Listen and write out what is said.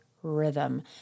Rhythm